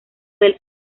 del